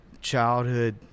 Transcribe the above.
childhood